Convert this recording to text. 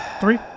Three